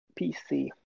PC